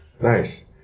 Nice